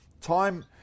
Time